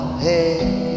Hey